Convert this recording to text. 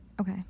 Okay